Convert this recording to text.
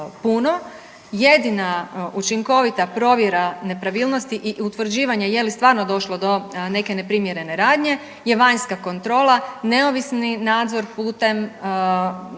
Jedina učinkovita provjera nepravilnosti i utvrđivanja je li stvarno došlo do neke neprimjerene radnje je vanjska kontrola, neovisni nadzor putem